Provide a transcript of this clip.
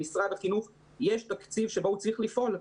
למשרד החינוך יש תקציב שבו הוא צריך לפעול.